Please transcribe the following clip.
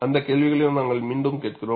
அந்த கேள்விகளை நாங்கள் மீண்டும் கேட்கிறோம்